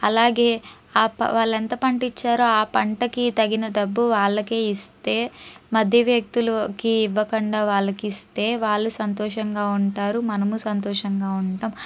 అలాగే ఆప వాళ్ళెంత పంటిచ్చారో పంటకి తగిన డబ్బు వాళ్ళకే ఇస్తే మధ్య వ్యక్తులకి ఇవ్వకండా వాళ్ళకి ఇస్తే వాళ్ళు సంతోషంగా ఉంటారు మనము సంతోషంగా ఉంటాం